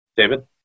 David